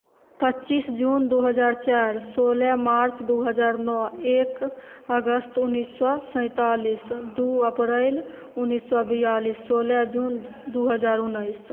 पच्चीस जून दू हजार चारि सोलह मार्च दू हजार नओ एक अगस्त उन्नैस सए सैँतालिस दू अप्रैल उन्नैस सए बियालिस सोलह जून दू हजार उन्नैस